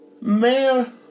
mayor